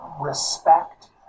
respect